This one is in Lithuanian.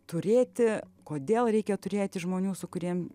turėti kodėl reikia turėti žmonių su kuriem